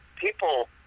people